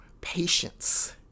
patience